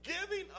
giving